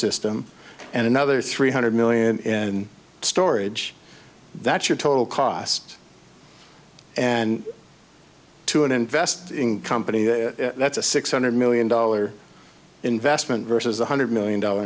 system and another three hundred million in storage that's your total cost and to invest in companies that's a six hundred million dollar investment versus one hundred million dollar